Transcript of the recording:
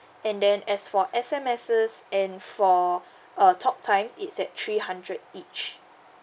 and then as for S_M_Ses and for uh talk time it's at three hundred each